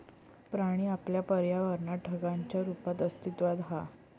पाणी आपल्या पर्यावरणात ढगांच्या रुपात अस्तित्त्वात हा